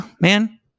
man